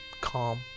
Calm